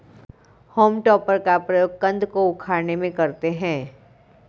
home टॉपर का प्रयोग कन्द को उखाड़ने में करते हैं